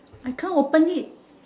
I can't open it